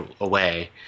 away